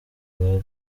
bari